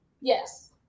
Yes